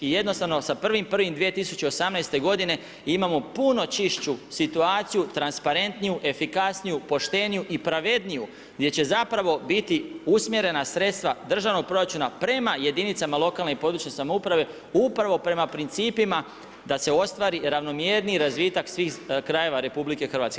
I jednostavno sa 1.1.2018. godine imamo puno čišću situaciju, transparentniju, efikasniju, pošteniju i pravedniju gdje će zapravo biti usmjerena sredstva državnog proračuna prema jedinicama lokalne i područne samouprave upravo prema principima da se ostvari ravnomjerniji razvitak svih krajeva RH.